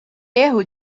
erro